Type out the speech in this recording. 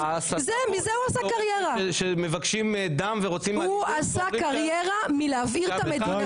מזה הוא עשה קריירה אתה יודע את זה היטב.